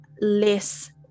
less